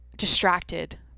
Distracted